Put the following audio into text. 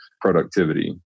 productivity